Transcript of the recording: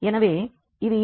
எனவே இது இன்வெர்ஸ்